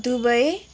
Dubai